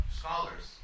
scholars